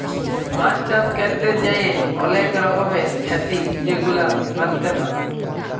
মাছ চাষ ক্যরতে যাঁয়ে অলেক রকমের খ্যতি যেগুলা হ্যতে পারে